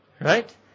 Right